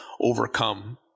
overcome